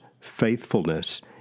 faithfulness